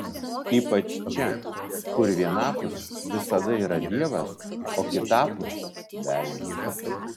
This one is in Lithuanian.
ypač čia kur vienapus visada yra dievas o kitapus velnias